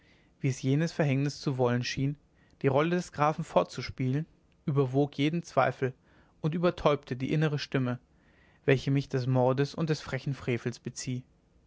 wie es jenes verhängnis zu wollen schien die rolle des grafen fortzuspielen überwog jeden zweifel und übertäubte die innere stimme welche mich des mordes und des frechen frevels bezieh